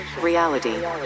reality